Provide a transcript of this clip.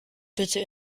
bitte